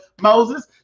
Moses